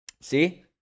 See